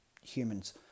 humans